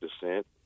descent